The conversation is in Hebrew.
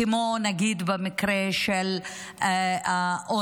כמו נגיד במקרה של העוני.